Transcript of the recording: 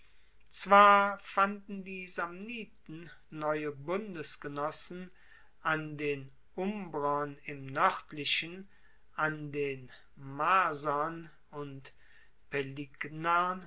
zwar fanden die samniten neue bundesgenossen an den umbrern im noerdlichen an den marsern und